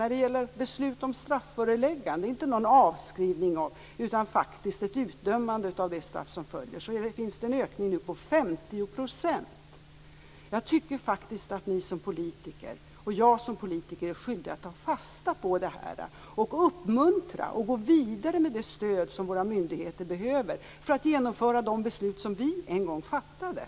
När det gäller beslut om strafföreläggande, dvs. ingen avskrivning utan ett faktiskt utdömande av det straff som följer, är ökningen 50 %. Jag tycker faktiskt att ni som politiker, och jag som politiker, är skyldiga att ta fasta på det här. Vi skall uppmuntra, och gå vidare med det stöd som våra myndigheter behöver för att genomföra de beslut som vi en gång fattade.